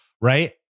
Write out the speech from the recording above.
Right